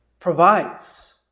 provides